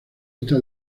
está